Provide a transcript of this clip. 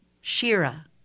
Shira